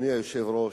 אדוני היושב-ראש,